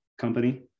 company